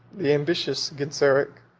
the ambitious genseric,